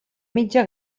mitja